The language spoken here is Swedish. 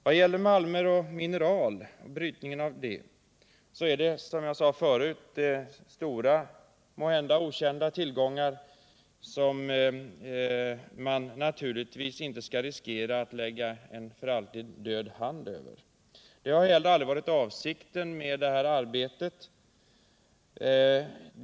Vad gäller brytning av malmer och mineral är det måhända stora okända tillgångar som man naturligtvis inte skall riskera att för alltid lägga en död hand över. Det har heller inte varit avsikten med detta arbete.